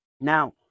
Now